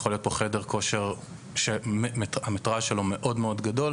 יכול להיות פה חדר כושר שהמטראז' שלו מאוד גדול.